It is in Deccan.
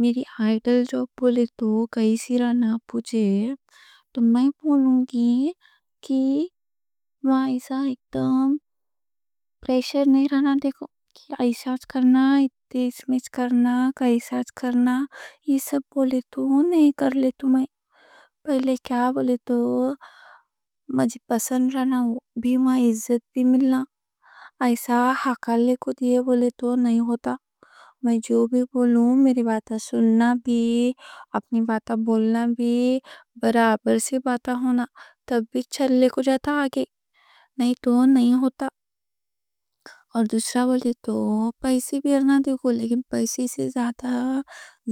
میری آئیڈل جاب بولے تو کیسی رہنا، پوچھے تو میں بولوں گی کہ وہاں ایسا اکدم پریشر نہیں رہنا۔ دیکھو کہ ایسا اچھا کرنا، اتنی سمیتھ کرنا، یہ سب بولے تو نہیں کر لیتو۔ پہلے کیا بولے تو مجھے پسند رہنا۔ وہاں عزت بھی ملنا، ایسا حوالے کو دیے بولے تو نہیں ہوتا۔ میں جو بھی بولوں، میری بات سننا بھی، اپنی بات بولنا بھی، برابر سے بات ہونا، تب بھی چل لے کو جاتا آگے۔ نہیں تو نہیں ہوتا۔ اور دوسرا بولے تو پیسے بھی رہنا دیکھو، لیکن پیسے سے زیادہ